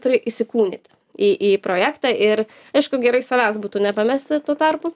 turi įsikūnyti į į projektą ir aišku gerai savęs būtų nepamesti tuo tarpu